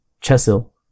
Chesil